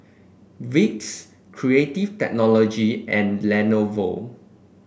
Vicks Creative Technology and Lenovo